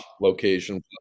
Location